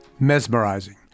mesmerizing